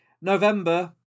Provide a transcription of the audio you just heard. November